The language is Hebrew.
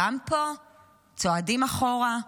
גם פה צועדים אחורה.